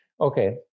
okay